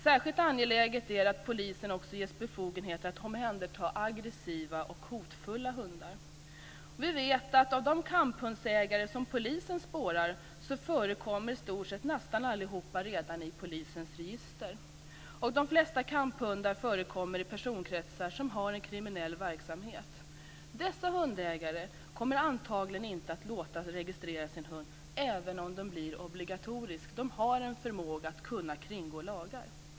Särskilt angeläget är det att polisen också ges befogenhet att omhänderta aggressiva och hotfulla hundar. Vi vet att av de kamphundsägare som polisen spårar förekommer i stort sett alla redan i polisens register. De flesta kamphundar förekommer i personkretsar som har en kriminell verksamhet. Dessa hundägare kommer antagligen inte att låta registrera sin hund, även om det blir obligatoriskt. De har en förmåga att kringgå lagar.